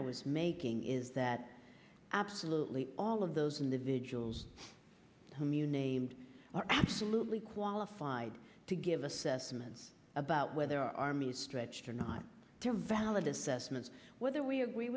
i was making is that absolutely all of those individuals whom you named are absolutely qualified to give assessments about whether army is stretched or not to valid assessments whether we agree